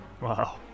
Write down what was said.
Wow